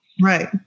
Right